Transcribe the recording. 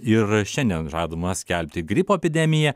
ir šiandien žadama skelbti gripo epidemiją